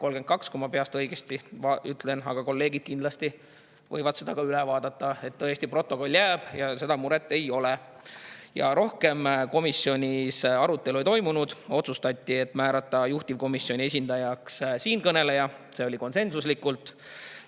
32, kui ma peast õigesti ütlen, aga kolleegid kindlasti võivad selle veel üle vaadata. Tõesti, protokoll jääb ja sellega muret ei ole. Rohkem komisjonis arutelu ei toimunud. Otsustati määrata juhtivkomisjoni esindajaks siinkõneleja, see otsus oli konsensuslik.